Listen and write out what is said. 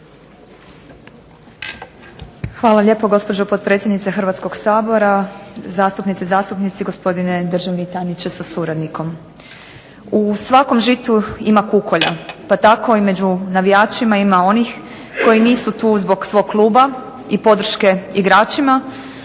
Hvala lijepa gospođo potpredsjednice Hrvatskog sabora, zastupnice i zastupnici, gospdine državni tajniče sa suradnikom. U svakom žitu ima kukolja, pa tako i među navijačima ima onih koji nisu tu zbog svog kluba, i podrške igračima,